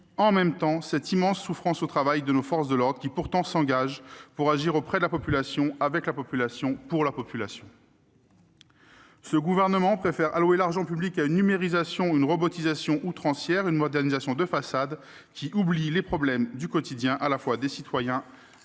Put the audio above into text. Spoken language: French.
que cette immense souffrance au travail de nos forces de l'ordre, lesquelles s'engagent pourtant pour agir auprès de la population, avec la population, pour la population. Ce gouvernement préfère allouer l'argent public à la numérisation, à une robotisation outrancière, une modernisation de façade, qui oublie les problèmes du quotidien, à la fois des citoyens et des agents.